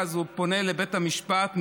אז הוא פונה לבית המשפט,